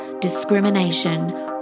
discrimination